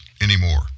anymore